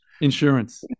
insurance